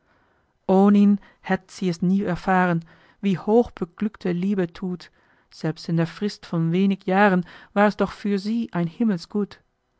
hätt sie es nie erfahren wie hochbeglückte liebe thut selbst in der frist von wenig jahren war's doch für sie ein